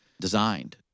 designed